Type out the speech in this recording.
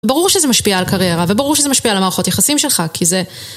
ברור שזה משפיע על קריירה, וברור שזה משפיע על המערכות יחסים שלך, כי זה...